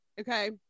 okay